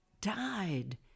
died